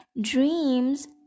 Dreams